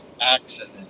accident